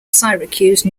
syracuse